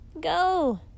Go